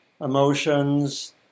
emotions